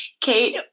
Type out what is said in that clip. Kate